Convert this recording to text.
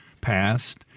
passed